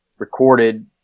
recorded